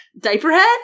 Diaperhead